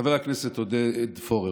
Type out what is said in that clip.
חבר הכנסת עודד פורר,